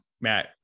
Matt